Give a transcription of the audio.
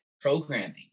programming